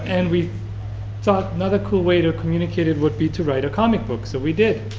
and we thought another cool way to communicate it would be to write a comic book. so we did!